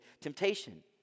temptation